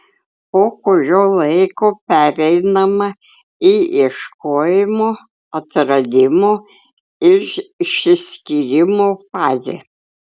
po kurio laiko pereinama į ieškojimo atradimo ir išsiskyrimo fazę